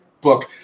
book